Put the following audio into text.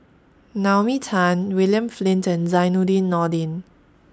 Naomi Tan William Flint and Zainudin Nordin